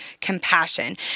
compassion